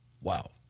Wow